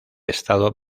estado